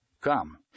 Come